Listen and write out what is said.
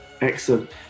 Excellent